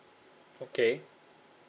okay